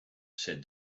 said